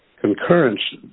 concurrence